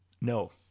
No